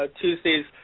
tuesday's